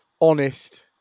honest